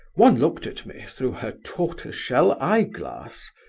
one looked at me through her tortoise-shell eyeglass.